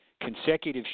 consecutive